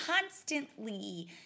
constantly